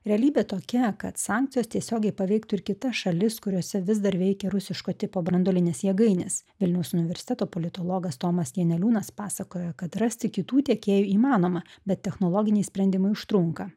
realybė tokia kad sankcijos tiesiogiai paveiktų ir kitas šalis kuriose vis dar veikia rusiško tipo branduolinės jėgainės vilniaus universiteto politologas tomas janeliūnas pasakojo kad rasti kitų tiekėjų įmanoma bet technologiniai sprendimai užtrunka